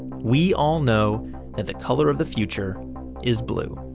we all know that the color of the future is blue.